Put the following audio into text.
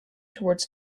towards